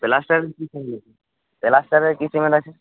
প্ল্যাস্টারের কী সিমেন্ট আছে প্ল্যাস্টারের কী সিমেন্ট আছে